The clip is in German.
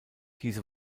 diese